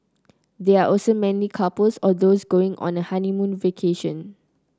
they are also mainly couples or those going on a honeymoon vacation